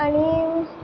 आनी